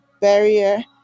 barrier